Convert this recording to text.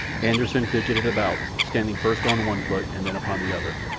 anderssen fidgeted about, standing first on one foot and then upon the other.